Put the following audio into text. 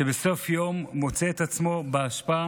שבסוף יום מוצא את עצמו באשפה